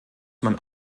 man